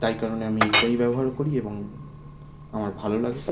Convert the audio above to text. তাই কারণে আমি এটাই ব্যবহার করি এবং আমার ভালো লাগে